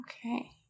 Okay